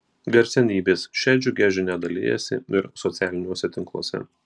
garsenybės šia džiugia žinia dalijasi ir socialiniuose tinkluose